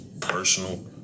personal